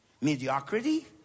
mediocrity